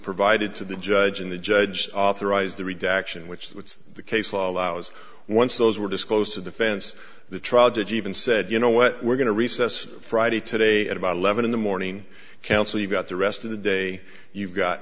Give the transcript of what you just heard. provided to the judge and the judge authorized the redaction which was the case law allows once those were disclosed to defense the trial judge even said you know what we're going to recess friday today at about eleven in the morning counsel you've got the rest of the day you've got